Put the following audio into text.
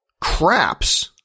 craps